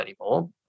anymore